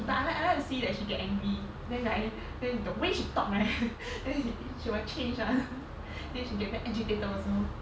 but I like I like to see that she get angry then I then the way she talk leh she will change [one] then she get agitated also